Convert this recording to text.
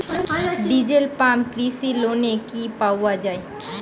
Diesel pump কৃষি লোনে কি পাওয়া য়ায়?